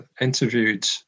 interviewed